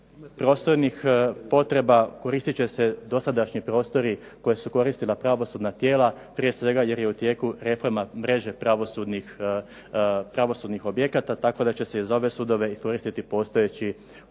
prostornih potreba koristit će se dosadašnji prostori koje su koristila pravosudna tijela, prije svega jer je u tijeku reforma mreže pravosudnih objekata tako da će se i za ove sudove iskoristiti postojeći